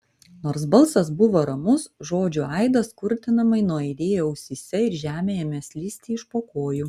nors balsas buvo ramus žodžių aidas kurtinamai nuaidėjo ausyse ir žemė ėmė slysti iš po kojų